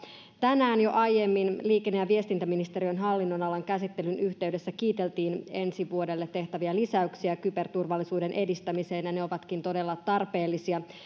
tänään jo aiemmin liikenne ja viestintäministeriön hallinnonalan käsittelyn yhteydessä kiiteltiin ensi vuodelle tehtäviä lisäyksiä kyberturvallisuuden edistämiseen ja ne ovatkin todella tarpeellisia